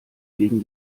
gegen